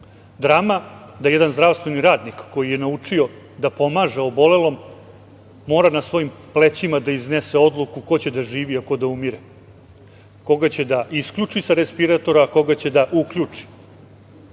Drama da jedan zdravstveni radnik koji je naučio da pomaže obolelom mora na svojim plećima da iznese odluku ko će da živi, a ko da umire, koga će da isključi sa respiratora, a koga će da uključi.